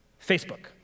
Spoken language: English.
facebook